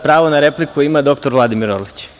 Pravo na repliku ima dr Vladimir Orlić.